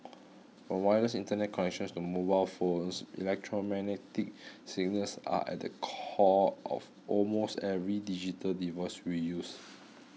from wireless Internet connections to mobile phones electromagnetic signals are at the core of almost every digital device we use